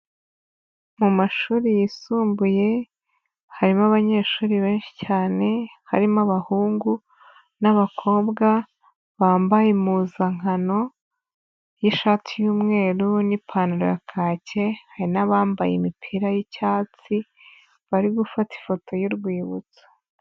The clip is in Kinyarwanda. Mu mashuri yisumbuye, harimo abanyeshuri benshi cyane, harimo abahungu n'abakobwa, bambaye impuzankano y'ishati y'umweru n'ipantaro ya kake, hari n'abambaye imipira y'icyatsi bari gufata ifoto y'urwibutso.